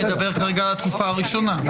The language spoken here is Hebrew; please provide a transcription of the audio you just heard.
הוא מדבר כרגע על התקופה הראשונה.